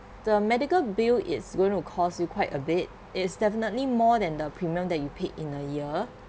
the medical bill is going to cost you quite a bit it's definitely more than the premium that you paid in a year